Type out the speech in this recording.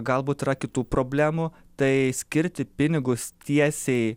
galbūt yra kitų problemų tai skirti pinigus tiesiai